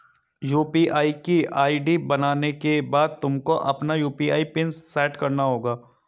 UPI की ID बनाने के बाद तुमको अपना यू.पी.आई पिन सैट करना होगा